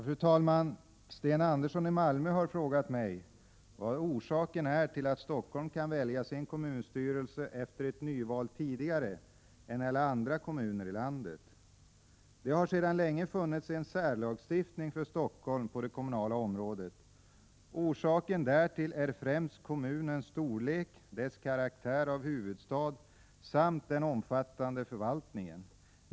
Fru talman! Sten Andersson i Malmö har frågat mig vad orsaken är till att Helsingfors efter ett nyval kan välja sin kommunstyrelse tidigare än alla andra kommuner i landet. Det har sedan länge funnits en särlagstiftning för Helsingfors på det kommunala området. Orsaken därtill är främst kommunens storlek, dess karaktär av huvudstad samt den omfattande förvaltningen.